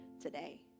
today